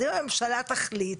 אז אם הממשלה תחליט